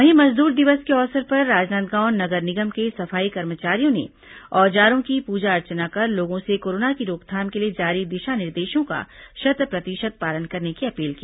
वहीं मजदूर दिवस के अवसर पर राजनांदगांव नगर निगम के सफाई कर्मचारियों ने औजारों की पूजा अर्चना कर लोगों से कोरोना की रोकथाम के लिए जारी दिशा निर्देशों का शत प्रतिशत पालन करने की अपील की